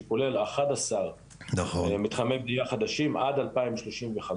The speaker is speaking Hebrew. שכולל אחד עשר מתחמי בנייה חדשים עד 2035,